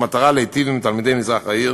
במטרה להיטיב עם תלמידי מזרח העיר